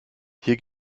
hier